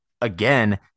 again